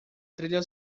trilha